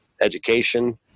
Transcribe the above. education